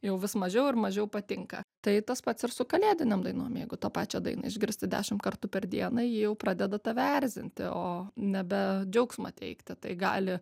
jau vis mažiau ir mažiau patinka tai tas pats ir su kalėdinėm dainom jeigu tą pačią dainą išgirsti dešimt kartų per dieną ji jau pradeda tave erzinti o nebe džiaugsmą teikti tai gali